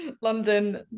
London